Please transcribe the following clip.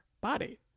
body